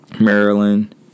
Maryland